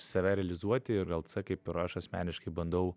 save realizuoti ir gal c kaip ir aš asmeniškai bandau